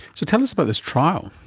so tell us about this trial.